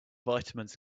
vitamins